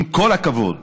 עם כל הכבוד